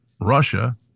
Russia